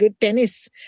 tennis